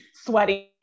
sweating